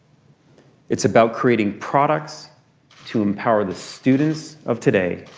it's about creating products to empower the students of today